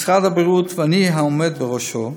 משרד הבריאות, ואני, העומד בראשו,